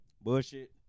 Bullshit